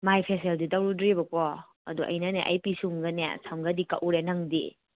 ꯃꯥꯏ ꯐꯦꯁꯦꯜꯗꯤ ꯇꯧꯔꯨꯗ꯭ꯔꯤꯕꯀꯣ ꯑꯗꯣ ꯑꯩꯅꯅꯦ ꯑꯩ ꯄꯤꯁꯨꯝꯒꯅꯦ ꯁꯝꯒꯗꯤ ꯀꯛꯎꯔꯦ ꯅꯪꯗꯤ